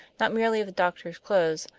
not merely of the doctor's clothes,